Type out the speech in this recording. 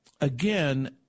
again